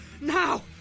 now